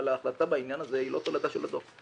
ההחלטה בעניין הזה היא לא תולדה של הדוח.